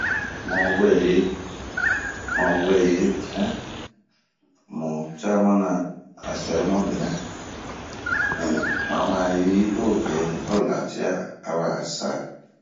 muweyi mɛ mucamana a sɛrimabɛnɛ